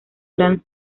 gran